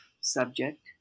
subject